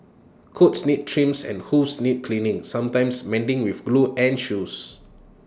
coats need trims and hooves need cleaning sometimes mending with glue and shoes